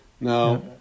Now